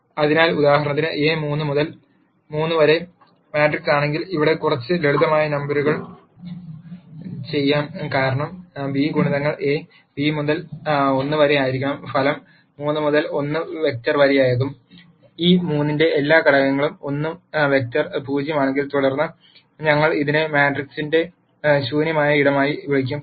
അതിനാൽ ഉദാഹരണത്തിന് എ 3 മുതൽ 3 വരെ മാട്രിക്സ് ആണെങ്കിൽ ഇവിടെ കുറച്ച് ലളിതമായ നമ്പറുകൾ ചെയ്യാം കാരണം β ഗുണിതങ്ങൾ എ β 3 മുതൽ 1 വരെ ആയിരിക്കണം ഫലം 3 മുതൽ 1 വെക്റ്റർ വരെയാകും ഈ 3 ന്റെ എല്ലാ ഘടകങ്ങളും 1 വെക്റ്റർ 0 ആണെങ്കിൽ തുടർന്ന് ഞങ്ങൾ ഇതിനെ മാട്രിക്സിന്റെ ശൂന്യമായ ഇടമായി വിളിക്കും